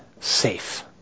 safe